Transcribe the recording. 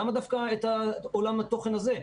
למה דווקא את עולם התוכן הזה?